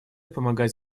помогать